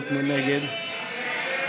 ההסתייגות (204) של חבר הכנסת עיסאווי פריג'